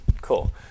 Cool